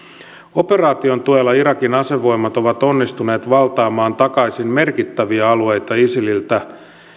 operaation tuella irakin asevoimat ovat onnistuneet valtaamaan takaisin merkittäviä alueita isililtä